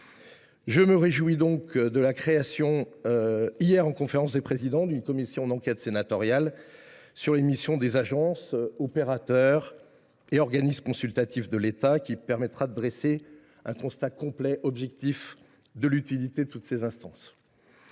Je me réjouis donc de la décision, prise hier par la conférence des présidents, de créer une commission d’enquête sénatoriale sur les missions des agences, opérateurs et organismes consultatifs de l’État, afin de dresser un constat complet et objectif de l’utilité de toutes ces instances.